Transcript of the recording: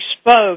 spoke